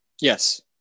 Yes